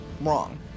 wrong